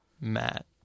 Matt